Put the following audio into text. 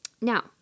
Now